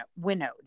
winnowed